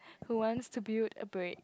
who wants to build a brick